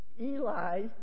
Eli